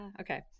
okay